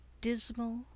dismal